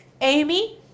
Amy